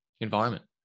environment